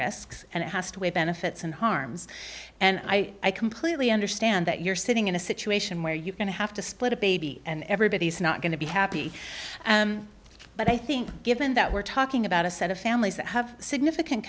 risks and it has to weigh benefits and harms and i i completely understand that you're sitting in a situation where you're going to have to split a baby and everybody's not going to be happy but i think given that we're talking about a set of families that have significant